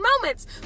moments